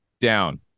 Down